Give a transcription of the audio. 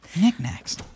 Knickknacks